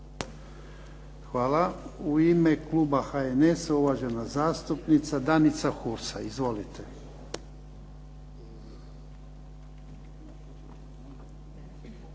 Hvala. U ime kluba HNS-a uvažena zastupnica Danica Hursa. Izvolite.